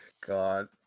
God